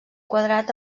quadrat